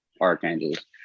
archangels